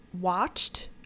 watched